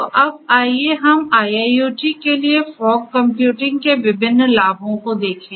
तो अब आइए हम IIoT के लिए फॉग कंप्यूटिंग के विभिन्न लाभों को देखें